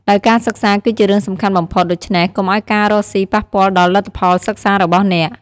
ដោយការសិក្សាគឺជារឿងសំខាន់បំផុត ដូច្នេះកុំឱ្យការរកស៊ីប៉ះពាល់ដល់លទ្ធផលសិក្សារបស់អ្នក។